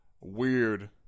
weird